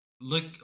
Look